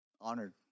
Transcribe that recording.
honored